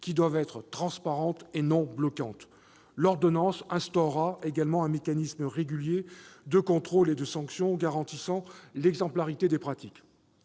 qui doivent être transparentes et non bloquantes. L'ordonnance instaurera également un mécanisme régulier de contrôle et de sanction garantissant l'exemplarité des pratiques.